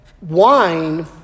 wine